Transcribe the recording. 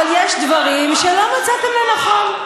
אבל יש דברים שלא מצאתם לנכון.